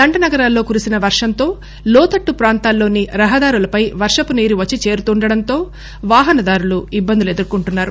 జంటనగరాల్లో కురిసిన వర్షంతో లోతట్టు ప్రాంతాల్లోని రహదారులపై వర్షపునీరు వచ్చి చేరుతుండటంతో వాహనదారులు ఇబ్బందులు ఎదుర్కొంటున్నారు